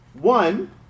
One